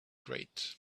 great